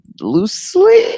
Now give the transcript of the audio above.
loosely